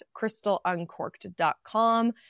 crystaluncorked.com